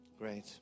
great